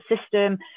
system